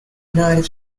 united